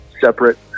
separate